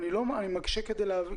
מקשה כדי להבין.